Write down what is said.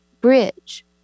bridge